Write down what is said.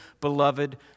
beloved